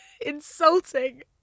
insulting